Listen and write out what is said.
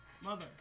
Mother